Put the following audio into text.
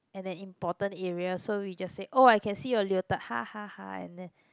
at an important area so we just say oh I can see your leotard ha ha ha and then